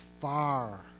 far